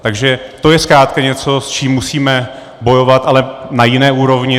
Takže to je zkrátka něco, s čím musíme bojovat, ale na jiné úrovni.